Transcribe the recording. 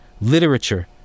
Literature